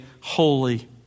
holy